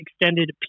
extended